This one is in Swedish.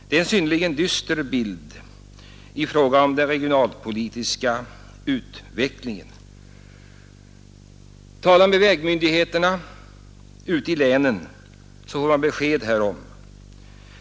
Det är en synnerligen dyster bild av den regionalpolitiska utvecklingen. Talar man med vägmyndigheterna ute i länen, så får man besked härom.